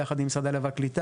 ביחד עם משרד העלייה והקליטה,